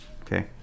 Okay